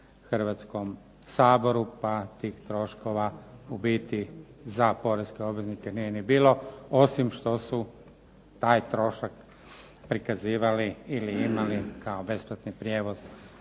Hrvatskom saboru pa tih troškova u biti za poreske obveznike nije ni bilo osim što su taj trošak prikazivali ili imali kao besplatni prijevoz